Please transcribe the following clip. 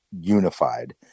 Unified